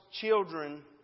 children